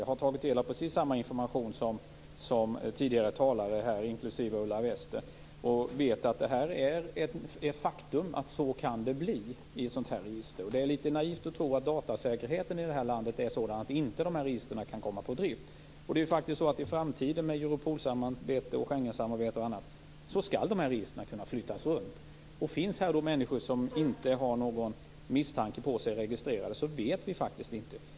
Jag har tagit del av precis samma information som tidigare talare här, inklusive Ulla Wester-Rudin. Jag vet vilka följderna kan bli med ett sådant register. Det är litet naivt att tro att datasäkerheten i det här landet är så hög att de här registren inte kan komma på drift. I framtiden, med Europolsamarbete, Schengensamarbete och annat, skall de här registren kunna flyttas runt. Då vet vi inte hur det går för människor som inte har någon misstanke på sig men ändå är registrerade.